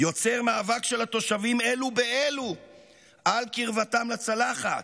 יוצר מאבק של התושבים אלו באלו על קרבתם לצלחת,